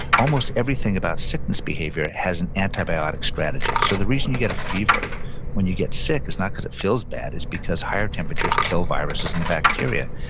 almost everything about sickness behavior has an antibiotic strategy. so, the reason you get a fever when you get sick is not because it feels bad, it's because higher temperatures kill viruses and bacteria,